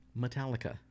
Metallica